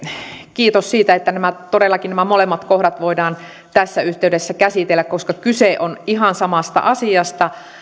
kiitos siitä että todellakin nämä molemmat kohdat voidaan tässä yhteydessä käsitellä koska kyse on ihan samasta asiasta